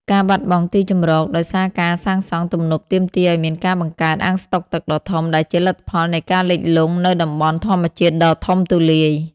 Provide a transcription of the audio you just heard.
ការបាត់បង់ទីជម្រក ដោយសារការសាងសង់ទំនប់ទាមទារឱ្យមានការបង្កើត អាងស្តុកទឹកដ៏ធំ ដែលជាលទ្ធផលនៃការលិចលង់នូវតំបន់ធម្មជាតិដ៏ធំទូលាយ។